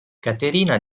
caterina